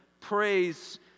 praise